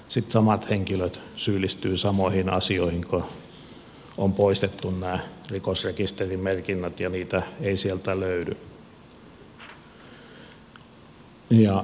sitten samat henkilöt syyllistyvät samoihin asioihin kun on poistettu nämä rikosrekisterimerkinnät ja niitä ei sieltä löydy